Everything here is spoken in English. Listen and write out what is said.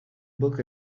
book